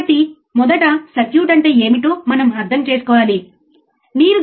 output వోల్టేజ్లో మార్పు ఏమిటి సరియైనదా